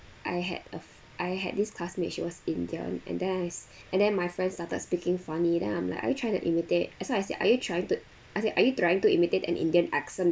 I had a I had this classmate she was indian and then I and then my friend started speaking funny then I'm like are you trying to imitate so I said are you trying to I said are you trying to imitate an indian accent